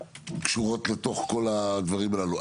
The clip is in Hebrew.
קשורות לתוך כל הדברים הללו.